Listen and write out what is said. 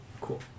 Cool